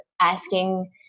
Asking